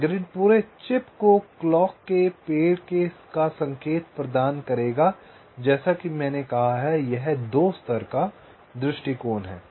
वह ग्रिड पूरे चिप को क्लॉक के पेड़ का संकेत प्रदान करेगा जैसे मैंने कहा है कि यह 2 स्तर का दृष्टिकोण है